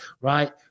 right